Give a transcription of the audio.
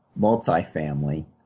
multifamily